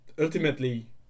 ultimately